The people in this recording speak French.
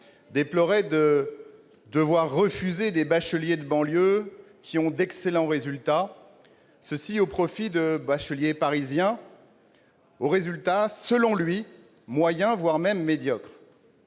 déplore de devoir refuser des bacheliers de banlieue ayant obtenu d'excellents résultats, au profit de bacheliers parisiens dont les résultats sont, selon lui, moyens, voire médiocres.